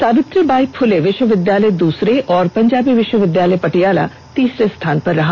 सावित्री बाई फूले विश्वविद्यालय दूसरे और पंजाबी विश्वविद्यालय पटियाला तीसरे स्थान पर रहा